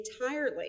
entirely